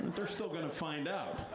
they're still going to find out.